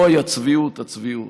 אוי, הצביעות, הצביעות.